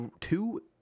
two